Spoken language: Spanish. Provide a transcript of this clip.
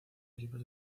equipos